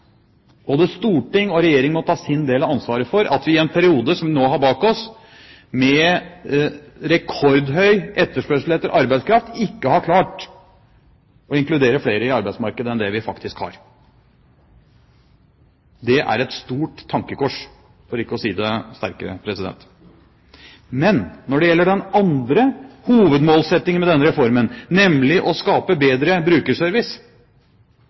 Både storting og regjering må ta sin del av ansvaret for at vi i en periode som vi nå har bak oss, med rekordhøy etterspørsel etter arbeidskraft, ikke har klart å inkludere flere i arbeidsmarkedet enn det vi faktisk har. Det er et stort tankekors, for ikke å si det sterkere. Når det gjelder den andre hovedmålsettingen med denne reformen, nemlig å skape bedre brukerservice,